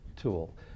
tool